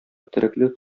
тереклек